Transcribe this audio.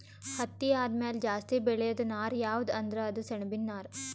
ಹತ್ತಿ ಆದಮ್ಯಾಲ ಜಾಸ್ತಿ ಬೆಳೇದು ನಾರ್ ಯಾವ್ದ್ ಅಂದ್ರ ಅದು ಸೆಣಬಿನ್ ನಾರ್